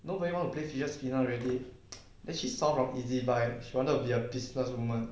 nobody want to play already then she saw from ezbuy she wanted to be a business woman